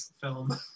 film